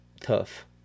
tough